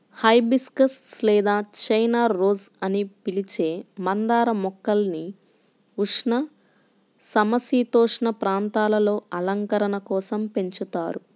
hibiscus లేదా China rose అని పిలిచే మందార మొక్కల్ని ఉష్ణ, సమసీతోష్ణ ప్రాంతాలలో అలంకరణ కోసం పెంచుతారు